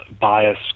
bias